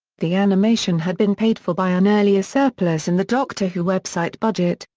the animation had been paid for by an earlier surplus in the doctor who website budget,